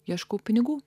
ieškau pinigų